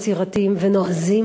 יצירתיים ונועזים,